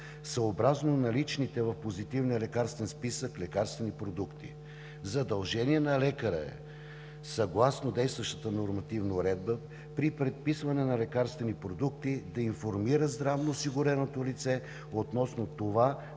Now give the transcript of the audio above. съобразно наличните в Позитивния лекарствен списък лекарствени продукти. Задължение на лекаря е, съгласно действащата нормативна уредба, при предписване на лекарствени продукти да информира здравноосигуреното лице относно това